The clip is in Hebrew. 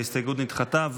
ההסתייגות נדחתה.